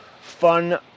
fun